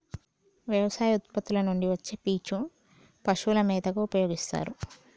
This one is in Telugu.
వ్యవసాయ ఉత్పత్తుల నుండి వచ్చే పీచు పశువుల మేతగా ఉపయోస్తారు